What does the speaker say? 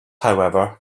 however